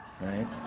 right